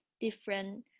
different